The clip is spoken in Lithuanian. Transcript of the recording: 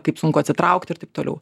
kaip sunku atsitraukti ir taip toliau